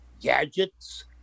gadgets